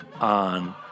on